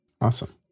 Awesome